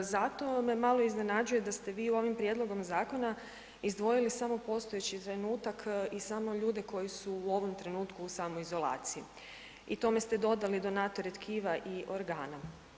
Zato me malo iznenađuje da ste vi ovim prijedlogom zakona izdvojili samo postojeći trenutak i samo ljude koji su u ovom trenutku u samoizolaciji i tome ste dodali donatore tkiva i organa.